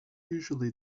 usually